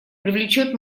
привлечет